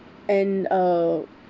and uh